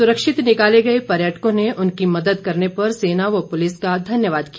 सुरक्षित निकाले गए पर्यटकों ने उनकी मदद करने पर सेना व पुलिस का धन्यवाद किया